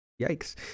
yikes